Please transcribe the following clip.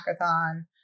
hackathon